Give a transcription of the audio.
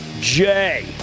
Jay